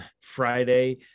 Friday